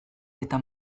eta